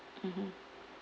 mmhmm